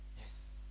Yes